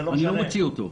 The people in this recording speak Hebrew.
אני לא מוציא אותו לפנסיה.